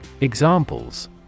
Examples